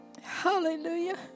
hallelujah